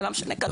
למה שנקדם אותה?